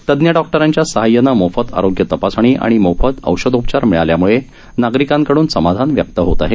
तज्ञ डॉक्टरांच्या सहाय्यानं मोफत आरोग्य तपासणी आणि मोफत औषधोपचार मिळाल्यामुळे नागरिकां मधून समाधान व्यक्त होत आहे